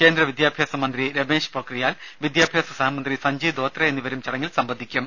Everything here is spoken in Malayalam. കേന്ദ്രവിദ്യാഭ്യാസ മന്ത്രി രമേശ് പൊക്രിയാൽ വിദ്യാഭ്യാസ സഹമന്ത്രി സഞ്ചയ് ദോത്രെ എന്നിവരും ചടങ്ങിൽ സംബന്ധിക്കും